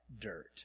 dirt